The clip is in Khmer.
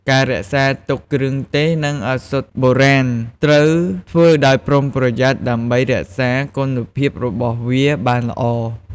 ការរក្សាទុកគ្រឿងទេស និងឱសថបុរាណត្រូវធ្វើដោយប្រុងប្រយ័ត្នដើម្បីរក្សាគុណភាពរបស់វាបានល្អ។